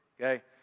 Okay